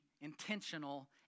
intentional